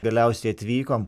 galiausiai atvykom